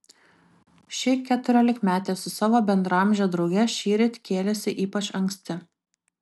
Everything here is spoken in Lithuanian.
ši keturiolikmetė su savo bendraamže drauge šįryt kėlėsi ypač anksti